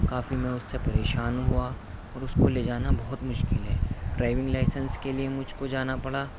کافی میں اس سے پریشان ہوا اور اس کو لے جانا بہت مشکل ہے ڈرائیونگ لائسینس کے لیے مجھ کو جانا پڑا